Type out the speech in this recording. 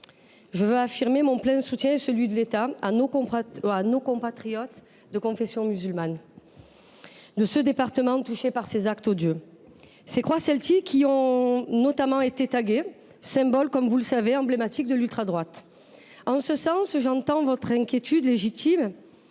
Je veux affirmer mon plein soutien et celui de l’État à nos compatriotes de confession musulmane de ce département, touchés par ces actes odieux. Ces croix celtiques qui ont notamment été taguées sont le symbole emblématique, comme vous le savez, de l’ultradroite. En ce sens, j’entends votre inquiétude légitime,